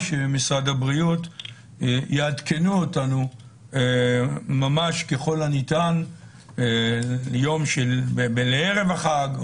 שמשרד הבריאות יעדכנו אותנו ממש ככל הניתן בערב החג,